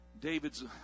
David's